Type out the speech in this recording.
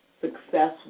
successful